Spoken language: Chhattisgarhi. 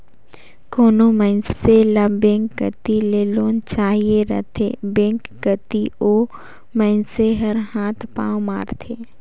कोनो मइनसे ल बेंक कती ले लोन चाहिए रहथे बेंक कती ओ मइनसे हर हाथ पांव मारथे